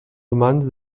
humans